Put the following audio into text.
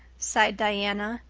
sighed diana,